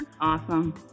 awesome